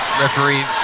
referee